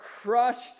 crushed